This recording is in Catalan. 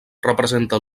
representa